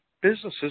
businesses